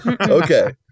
Okay